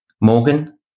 Morgan